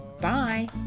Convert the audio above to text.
Bye